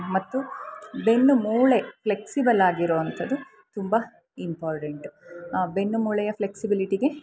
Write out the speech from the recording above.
ಮತ್ತು ಬೆನ್ನು ಮೂಳೆ ಫ್ಲೆಕ್ಸಿಬಲ್ ಆಗಿರೋ ಅಂಥದ್ದು ತುಂಬ ಇಂಪಾರ್ಟೆಂಟ್ ಬೆನ್ನು ಮೂಳೆಯ ಫ್ಲೆಕ್ಸಿಬಿಲಿಟಿಗೆ